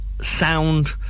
sound